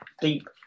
deep